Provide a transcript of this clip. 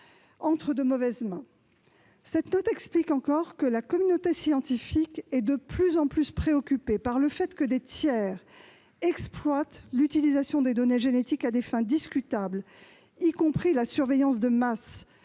entre de mauvaises mains. Cette note explique encore que la communauté scientifique est de plus en plus préoccupée par le fait que des tiers exploitent l'utilisation des données génétiques à des fins discutables, y compris la surveillance de masse